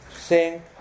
sing